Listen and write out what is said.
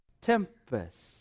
tempest